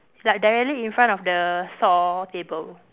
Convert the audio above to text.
like directly in front of the store table